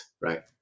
right